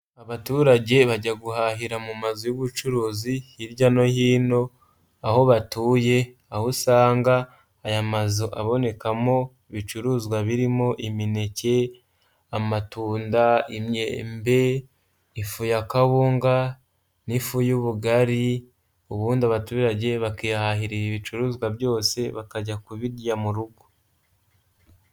Abaturage bajya guhahira mu mazu y'ubucuruzi hirya no hino aho batuye aho usanga aya mazu abonekamo ibicuruzwa birimo imineke, amatunda, imyembe, ifu ya kawunga n'ifu y'ubugari ubundi abaturage bakihahira ibi bicuruzwa byose bakajya kubirya mu rugo.